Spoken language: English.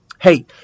Hey